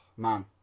Man